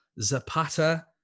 Zapata